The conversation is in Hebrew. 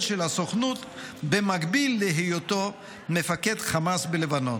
של הסוכנות במקביל להיותו מפקד חמאס בלבנון,